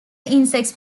insects